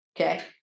okay